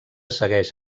segueix